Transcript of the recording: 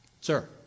Sir